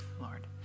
Lord